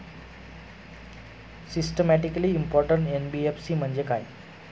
Systematically important NBFC म्हणजे काय?